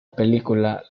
película